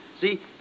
See